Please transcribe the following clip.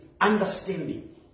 understanding